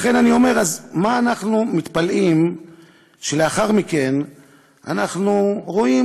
לכן אני אומר: אז מה אנחנו מתפלאים שלאחר מכן אנחנו רואים